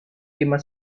lima